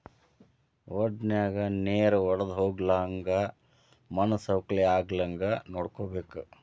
ವಡನ್ಯಾಗ ನೇರ ವಡ್ದಹೊಗ್ಲಂಗ ಮಣ್ಣು ಸವಕಳಿ ಆಗ್ಲಂಗ ನೋಡ್ಕೋಬೇಕ